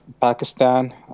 Pakistan